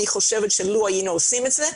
אני חושבת שלו היינו עושים את זה,